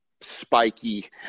spiky